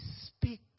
speak